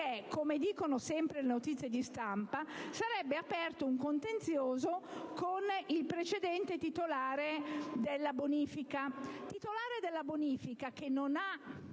come riportano sempre notizie di stampa, sarebbe aperto un contenzioso con il precedente titolare della bonifica: titolare che non l'ha